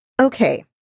Okay